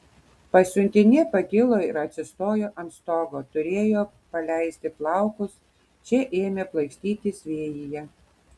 pasiuntinė pakilo ir atsistojo ant stogo turėjo paleisti plaukus šie ėmė plaikstytis vėjyje